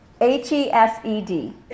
H-E-S-E-D